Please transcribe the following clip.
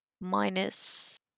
minus